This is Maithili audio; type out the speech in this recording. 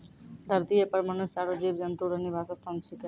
धरतीये पर मनुष्य आरु जीव जन्तु रो निवास स्थान छिकै